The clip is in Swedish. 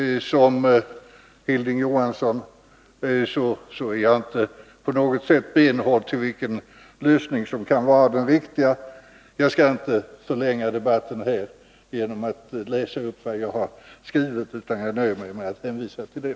Liksom Hilding Johansson är jag inte på något sätt benhård när det gäller vilken lösning som kan vara den riktiga. Jag skall inte förlänga debatten genom att läsa upp vad jag skrivit i mitt särskilda yrkande, utan jag nöjer mig med att hänvisa till det.